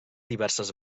diverses